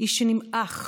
איש שנמעך